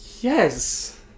Yes